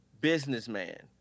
businessman